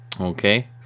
okay